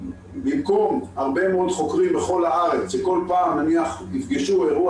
במקום הרבה מאוד חוקרים בכל הארץ שכל פעם יפגשו אירוע